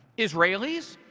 israelis,